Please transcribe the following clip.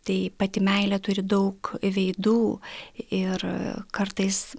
tai pati meilė turi daug veidų ir kartais